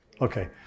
Okay